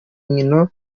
nkino